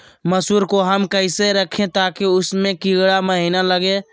मसूर को हम कैसे रखे ताकि उसमे कीड़ा महिना लगे?